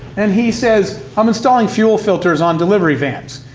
and he says, i'm installing fuel filters on delivery vans.